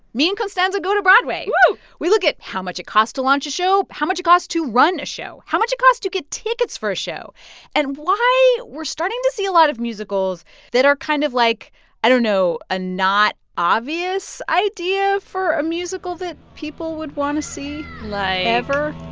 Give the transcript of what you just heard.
me and constanza go to broadway woo we look at how much it costs to launch a show, how much it costs to run a show, how much it costs to get tickets for a show and why we're starting to see a lot of musicals that are kind of like i don't know a ah not-obvious idea for a musical that people would want to see. like. ever.